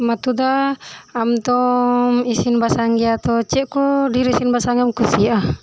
ᱢᱟᱛᱩ ᱫᱟ ᱟᱢ ᱫᱚᱢ ᱤᱥᱤᱱ ᱵᱟᱥᱟᱝ ᱜᱮᱭᱟ ᱛᱳ ᱪᱮᱫ ᱠᱚ ᱪᱮᱫ ᱠᱚ ᱰᱮᱨ ᱤᱥᱤᱱ ᱵᱟᱥᱟᱝ ᱮᱢ ᱠᱩᱥᱤᱭᱟᱜᱼᱟ